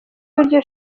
w’iryo